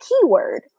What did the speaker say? keyword